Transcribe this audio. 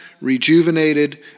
rejuvenated